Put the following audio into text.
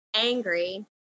angry